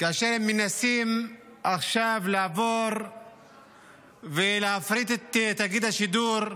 הם מנסים עכשיו לעבור ולהפריט את תאגיד השידור,